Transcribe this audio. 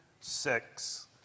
Six